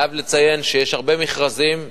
אני חייב לציין שיש הרבה מכרזים שהוצאנו,